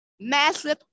massive